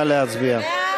נא להצביע.